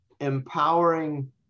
empowering